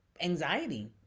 anxiety